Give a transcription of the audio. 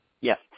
Yes